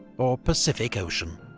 or pacific ocean.